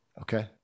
okay